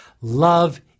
Love